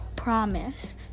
promise